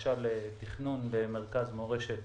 בקשה לתכנון למרכז מורשת